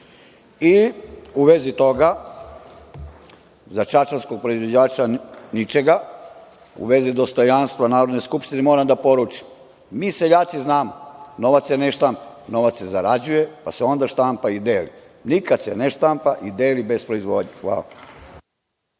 U vezi toga, za čačanskog proizvođača ničega, u vezi dostojanstva Narodne skupštine moram da poručim, mi seljaci znamo, novac se ne štampa, novac se zarađuje, pa se onda štampa i deli. Nikad se ne štampa i deli bez proizvodnje. Hvala.